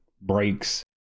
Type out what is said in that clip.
breaks